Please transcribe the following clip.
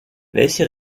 welche